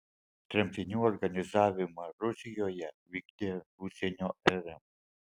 tremtinių organizavimą rusijoje vykdė užsienio rm